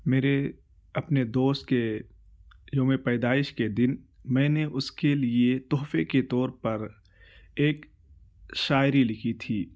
میرے اپنے دوست کے یوم پیدائش کے دن میں نے اس کے لیے تحفہ کے طور پر ایک شاعری لکھی تھی